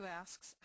asks